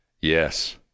Yes